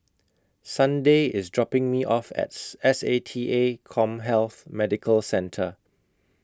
Sunday IS dropping Me off as S A T A Commhealth Medical Centre